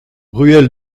ruelle